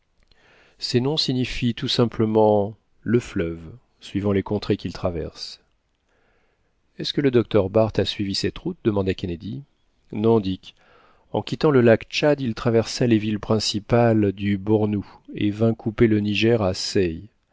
ces noms signifient tout simplement le fleuve suivant les contrées qu'il traverse est-ce que le docteur barth a suivi cette route demanda kennedy non dick en quittant le lac tchad il traversa les villes principales du bornou et vint couper le niger